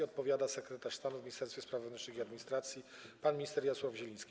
Odpowiada sekretarz stanu w Ministerstwie Spraw Wewnętrznych i Administracji pan minister Jarosław Zieliński.